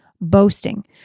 boasting